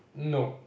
no